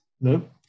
Nope